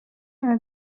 are